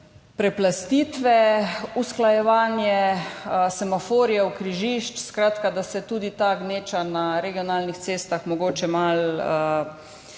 preplastitve, usklajevanje semaforjev, križišč, skratka, da se tudi ta gneča na regionalnih cestah mogoče malo